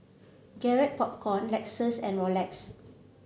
Garrett Popcorn Lexus and Rolex